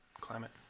climate